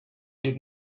did